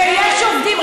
ויש עובדים,